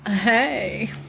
Hey